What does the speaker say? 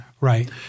Right